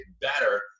better